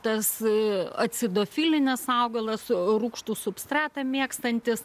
tas acidofilinis augalas rūgštų substratą mėgstantis